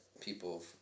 people